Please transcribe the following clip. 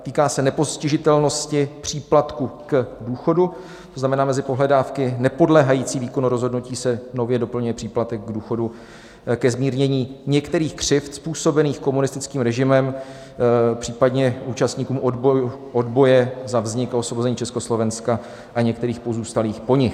Týká se nepostižitelnosti příplatku k důchodu, to znamená mezi pohledávky nepodléhající výkonu rozhodnutí se nově doplňuje příplatek k důchodu ke zmírnění některých křivd způsobených komunistickým režimem, případně účastníkům odboje za vznik a osvobození Československa a některých pozůstalých po nich.